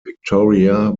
victoria